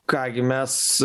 ką gi mes